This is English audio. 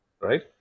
right